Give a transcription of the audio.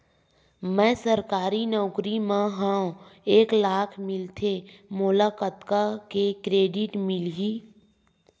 मैं सरकारी नौकरी मा हाव एक लाख मिलथे मोला कतका के क्रेडिट मिलही?